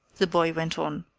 the boy went on.